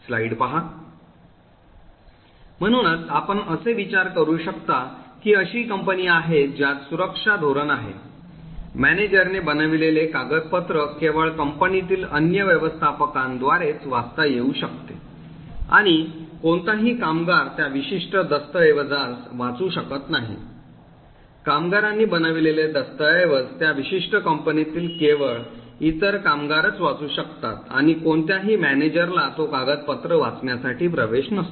म्हणूनच आपण असे विचार करू शकता की अशी कंपनी आहे ज्यात खालील सुरक्षा धोरण आहे मॅनेजरने बनविलेले कागदपत्र केवळ कंपनीतील अन्य व्यवस्थापकांद्वारेच वाचता येऊ शकते आणि कोणताही कामगार त्या विशिष्ट दस्तऐवजास वाचू शकत नाही कामगारांनी बनविलेले दस्तऐवज त्या विशिष्ट कंपनीतील केवळ इतर कामगारच वाचू शकतात आणि कोणत्याही manager ला तो कागदपत्र वाचण्यासाठी प्रवेश नसतो